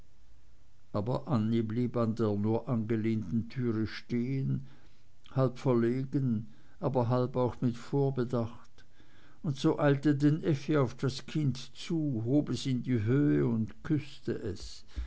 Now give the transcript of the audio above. aber annie blieb an der nur angelehnten tür stehen halb verlegen aber halb auch mit vorbedacht und so eilte denn effi auf das kind zu hob es in die höhe und küßte es